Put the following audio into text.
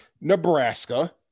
Nebraska